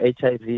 HIV